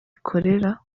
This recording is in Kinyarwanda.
ikorera